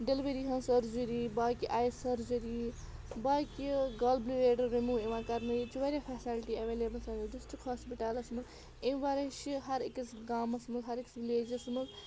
delivery ہٕنٛز surgery باقٕے آی سٔرجٕری باقٕے یہِ گال بٕلیٲڈَر رِموٗ یِوان کَرنہٕ ییٚتہِ چھِ واریاہ فٮ۪سَلٹی اٮ۪وٮ۪لیبٕل سٲنِس ڈِسٹِرٛک ہاسپِٹَلَس منٛز اَمہِ وَرٲے چھِ ہَر أکِس گامَس منٛز ہَر أکِس وِلیجَس منٛز